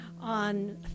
on